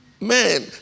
Man